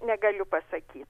negaliu pasakyt